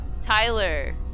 Tyler